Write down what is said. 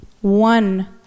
one